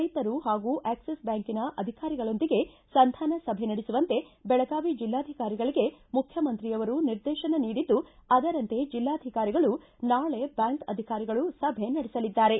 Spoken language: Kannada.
ರೈತರು ಹಾಗೂ ಆಕ್ಸಿಸ್ ಬ್ಯಾಂಕಿನ ಅಧಿಕಾರಿಗಳೊಂದಿಗೆ ಸಂಧಾನ ಸಭೆ ನಡೆಸುವಂತೆ ಬೆಳಗಾವಿ ಜಿಲ್ಲಾಧಿಕಾರಿಗಳಿಗೆ ಮುಖ್ಯಮಂತ್ರಿಯವರು ನಿರ್ದೇಶನ ನೀಡಿದ್ದು ಅದರಂತೆ ಜೆಲ್ಲಾಧಿಕಾರಿಗಳು ನಾಳೆ ಬ್ಯಾಂಕ್ ಅಧಿಕಾರಿಗಳು ಸಭೆ ನಡೆಸಲಿದ್ದಾರೆ